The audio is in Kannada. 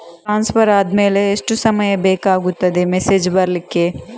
ಟ್ರಾನ್ಸ್ಫರ್ ಆದ್ಮೇಲೆ ಎಷ್ಟು ಸಮಯ ಬೇಕಾಗುತ್ತದೆ ಮೆಸೇಜ್ ಬರ್ಲಿಕ್ಕೆ?